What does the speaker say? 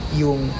yung